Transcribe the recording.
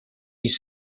east